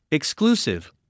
Exclusive